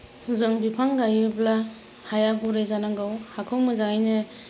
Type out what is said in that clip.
जों बिफां गायोब्ला हाया गुरै जानांगौ हाखौ मोजाङैनो